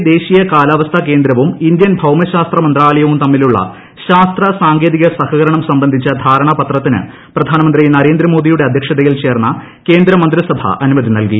യുടെ ദേശ്വീി്യൂ കാലാവസ്ഥാ കേന്ദ്രവും ഇന്ത്യൻ ഭൌമശാസ്ത്ര മന്ത്രാല്ലിയ്ക്കും തമ്മിലുള്ള ശാസ്ത്ര സാങ്കേതിക സഹകരണം സംബ്ല്ക്ഡിച്ച ധാരണാപത്രത്തിന് പ്രധാനമന്ത്രി നരേന്ദ്രമോദിയുടെ അ്ധ്യക്ഷതയിൽ ചേർന്ന കേന്ദ്ര മന്ത്രിസഭ അനുമതി നൽകി